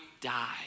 die